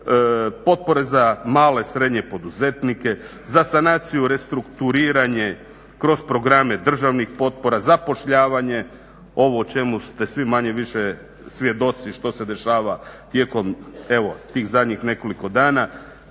potpore za male, srednje poduzetnike, za sanaciju, restrukturiranje kroz programe državnih potpora, zapošljavanje, ovo o čemu ste svi manje-više svjedoci što se dešava tijekom evo tih zadnjih nekoliko dana.